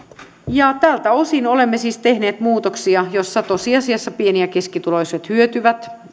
tältä osin olemme siis tehneet muutoksia joissa tosiasiassa pieni ja keskituloiset hyötyvät